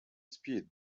speed